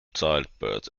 childbirth